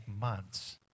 months